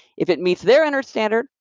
if it meets their inner standard,